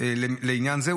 בעניין זה,